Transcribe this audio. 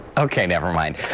okay, never mind.